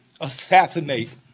assassinate